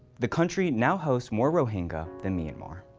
the country now hosts more rohingya than myanmar.